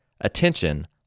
attention